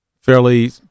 fairly